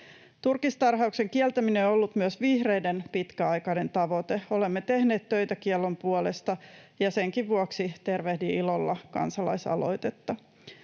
Turkistarhauksen kieltäminen on ollut myös vihreiden pitkäaikainen tavoite. Olemme tehneet töitä kiellon puolesta, ja senkin vuoksi tervehdin ilolla kansalaisaloitetta.